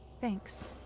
Thanks